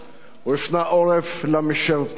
הוא הפנה עורף למשרתים,